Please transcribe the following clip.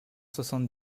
soixante